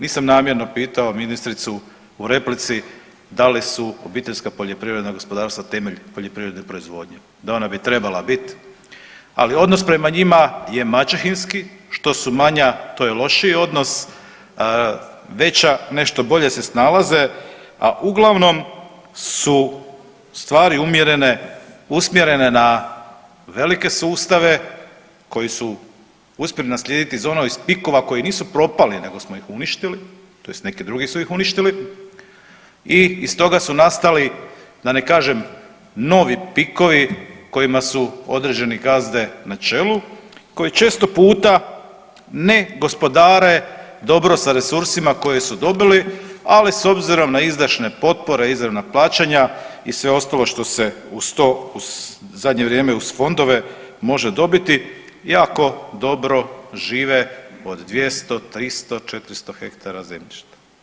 Nisam namjerno pitao ministricu u replici da li su obiteljska poljoprivredna gospodarstva temelj poljoprivredne proizvodnje Da ona bi trebala bit, ali odnos prema njima je maćehinski što su manja to je lošiji odnos, veća nešto bolje se snalaze, a uglavnom su stvari umjerene, usmjerene na velike sustave koji su uspjeli naslijediti iz ono iz pikova koji nisu propali nego smo ih uništili tj. neki drugi su ih uništili i iz toga su nastali da ne kažem novi pikovi kojima su određeni gazde na čelu koji često puta ne gospodare dobro sa resursima koje su dobili, ali s obzirom na izdašne potpore, izravna plaćanja i sve ostalo što se uz to u zadnje vrijeme uz fondove može dobiti jako dobro žive od 200, 300, 400 hektara zemljišta.